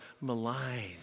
maligned